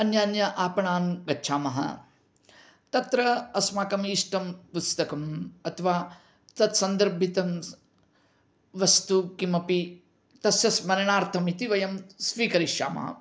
अन्यान्य आपणां गच्छामः तत्र अस्माकम् इष्टं पुस्तकम् अथवा तत् सन्दर्भितं वस्तु किमपि तस्य स्मरणार्थम् इति वयं स्वीकरिष्यामः